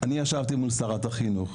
אני ישבתי מול שרת החינוך,